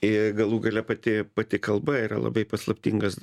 i galų gale pati pati kalba yra labai paslaptingas